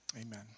Amen